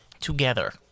together